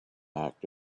act